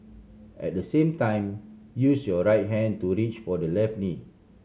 at the same time use your right hand to reach for the left knee